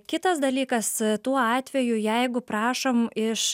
kitas dalykas tuo atveju jeigu prašom iš